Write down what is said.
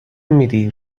میدی